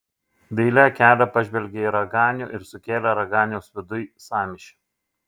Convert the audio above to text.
daili akelė pažvelgė į raganių ir sukėlė raganiaus viduj sąmyšį